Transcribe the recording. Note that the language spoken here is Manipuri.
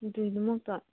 ꯑꯗꯨꯒꯤꯗꯃꯛꯇ